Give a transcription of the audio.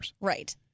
Right